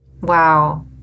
Wow